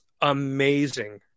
amazing